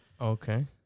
Okay